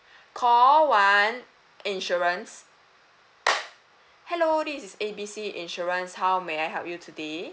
call one insurance hello this is A B C insurance how may I help you today